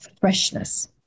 freshness